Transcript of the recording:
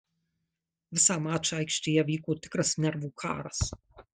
visą mačą aikštėje vyko tikras nervų karas